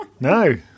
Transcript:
no